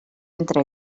entre